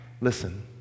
Listen